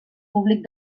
públic